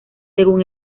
según